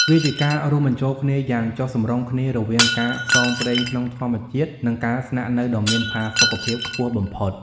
វាជាការរួមបញ្ចូលគ្នាយ៉ាងចុះសម្រុងគ្នារវាងការផ្សងព្រេងក្នុងធម្មជាតិ និងការស្នាក់នៅដ៏មានផាសុកភាពខ្ពស់បំផុត។